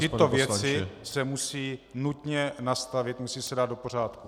Tyto věci se musí nutně nastavit, musí se dát do pořádku.